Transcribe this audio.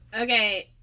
Okay